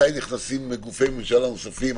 מתי נכנסים גופי ממשלה נוספים?